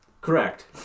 Correct